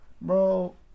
Bro